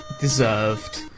deserved